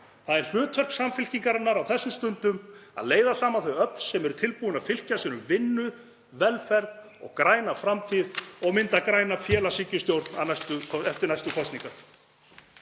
Það er hlutverk Samfylkingarinnar á þessum stundum að leiða saman þau öfl sem eru tilbúin að fylkja sér um vinnu, velferð og græna framtíð og mynda græna félagshyggjustjórn eftir næstu kosningar.